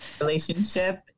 relationship